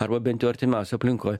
arba bent jau artimiausioj aplinkoj